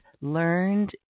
learned